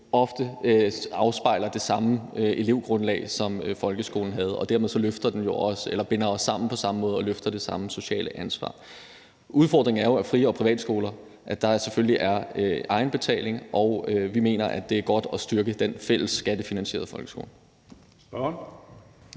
ofte afspejler det samme elevgrundlag, som folkeskolen havde, og dermed binder os sammen på samme måde og løfter det samme sociale ansvar. Udfordringen er jo, at der på fri- og privatskoler selvfølgelig er egenbetaling, og vi mener, det er godt at styrke den fælles skattefinansierede folkeskole.